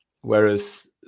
whereas